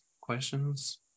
questions